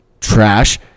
trash